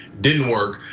didn't work.